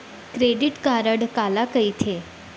Credit card काला कहिथे?